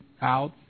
out